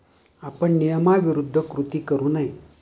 आपण नियमाविरुद्ध कृती करू नये